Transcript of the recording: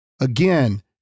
Again